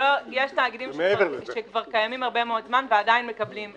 יש תאגידים שקיימים כבר הרבה מאוד זמן ועדיין מקבלים את המענקים האלה.